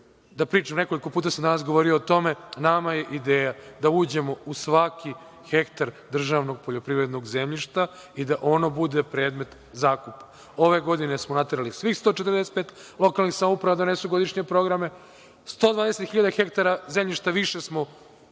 da pričam, nekoliko puta sam danas govorio o tome, nama je ideja da uđemo u svaki hektar državnog poljoprivrednog zemljišta i da ono bude predmet zakupa. Ove godine smo naterali svih 145 lokalnih samouprava da donesu godišnje programe, 120.000 hektara zemljišta više smo